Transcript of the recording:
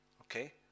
Okay